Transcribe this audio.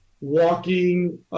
walking